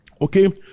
Okay